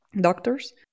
doctors